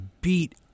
Beat